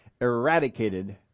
eradicated